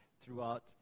throughout